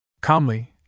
Calmly